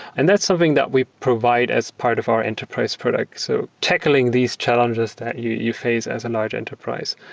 and that's something that we provide as part of our enterprise product. so tackling tackling these challenges that you you face as a large enterprise.